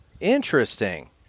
Interesting